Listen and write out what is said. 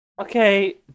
Okay